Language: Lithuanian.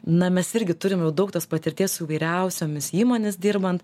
na mes irgi turim jau daug tos patirties su įvairiausiomis įmones dirbant